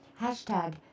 Hashtag